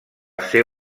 ser